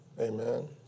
Amen